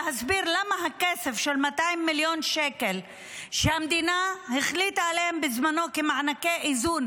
שתסביר למה 200 מיליון שקל שהמדינה החליטה עליהם בזמנו כמענקי איזון,